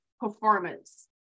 performance